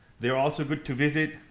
they're also good to visit,